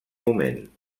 moment